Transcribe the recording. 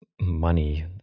money